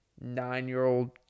nine-year-old